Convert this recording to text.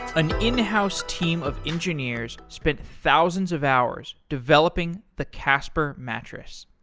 an in-house team of engineers spent thousands of hours developing the casper mattress.